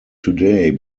today